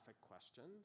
questions